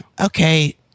Okay